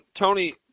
Tony